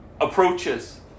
approaches